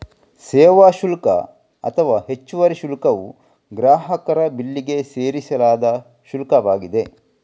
ಸೇವಾ ಶುಲ್ಕ ಅಥವಾ ಹೆಚ್ಚುವರಿ ಶುಲ್ಕವು ಗ್ರಾಹಕರ ಬಿಲ್ಲಿಗೆ ಸೇರಿಸಲಾದ ಶುಲ್ಕವಾಗಿದೆ